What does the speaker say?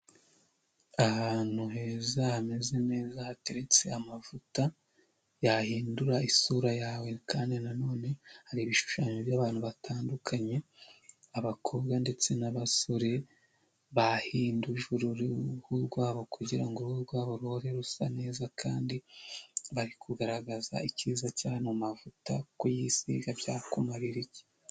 Ahantu heza hameze neza hateretse amavuta yahindura isura yawe kandi nanone hari ibishushanyo by'abantu batandukanye abakobwa ndetse n'abasore bahinduje uruhu rwa bo kugira ngo uruhu rwa bo ruhore rusa neza kandi bari kugaragaza icyiza cy'ano mavuta kuyisiga byakumarira iki.